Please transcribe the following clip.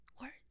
words